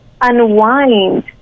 unwind